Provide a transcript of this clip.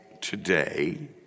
today